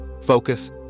focus